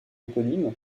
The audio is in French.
éponyme